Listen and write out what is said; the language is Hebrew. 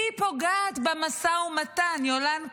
היא פוגעת במשא ומתן, יולן כהן.